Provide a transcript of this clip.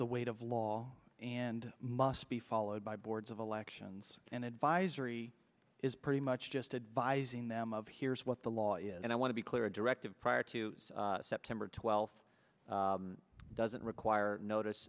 the weight of law and must be followed by boards of elections and advisory is pretty much just advising them of here's what the law is and i want to be clear a directive prior to september twelfth doesn't require notice